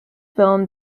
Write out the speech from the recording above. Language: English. film